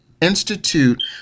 Institute